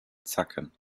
zacken